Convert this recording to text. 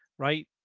right.